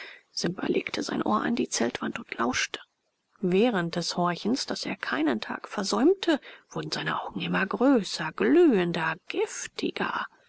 simba legte sein ohr an die zeltwand und lauschte während des horchens das er keinen tag versäumte wurden seine augen immer größer glühender giftiger